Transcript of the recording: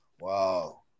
wow